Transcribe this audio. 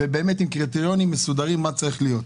עם קריטריונים מסודרים, מה צריך להיות.